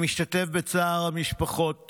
אני משתתף בצער המשפחות